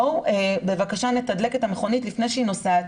בואו בבקשה נתדלק את המכונית לפני שהיא נוסעת,